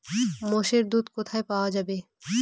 মোষের দুধ কোথায় পাওয়া যাবে?